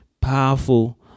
powerful